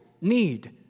need